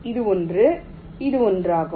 இது ஒன்று இது ஒன்றாகும்